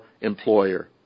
employer